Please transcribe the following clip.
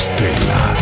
Stella